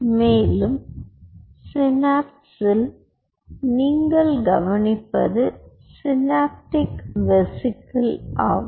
மேலும் சினாப்சில் நீங்கள் கவனிப்பது சினாப்டிக் வெசிகல் ஆகும்